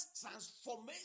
transformation